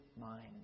mind